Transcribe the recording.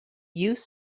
you